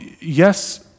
yes